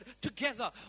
together